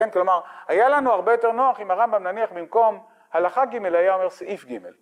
כן כלומר היה לנו הרבה יותר נוח אם הרמב״ם נניח במקום הלכה ג' היה אומר סעיף ג'.